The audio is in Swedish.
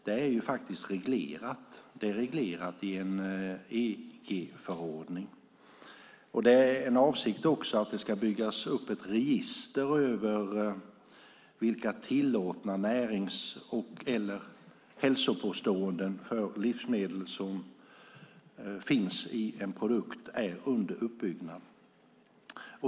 Det är också avsikten att det ska finnas ett register över vilka tillåtna närings och hälsopåståenden för livsmedel som får göras för en produkt, och det är under uppbyggnad.